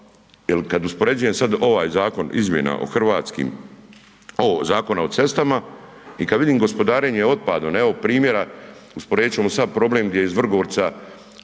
kad uspoređujem sad ovaj zakon izmjena o hrvatskim o Zakona o cestama i kad vidim gospodarenje otpadom, evo primjera usporedit ćemo sad problem gdje iz Vrgorca